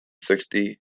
sixty